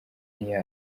n’iyo